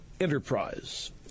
enterprise